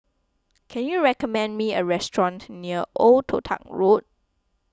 can you recommend me a restaurant near Old Toh Tuck Road